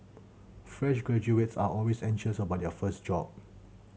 fresh graduates are always anxious about their first job